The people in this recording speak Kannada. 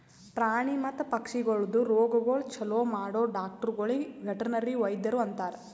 ಪ್ರಾಣಿ ಮತ್ತ ಪಕ್ಷಿಗೊಳ್ದು ರೋಗಗೊಳ್ ಛಲೋ ಮಾಡೋ ಡಾಕ್ಟರಗೊಳಿಗ್ ವೆಟರ್ನರಿ ವೈದ್ಯರು ಅಂತಾರ್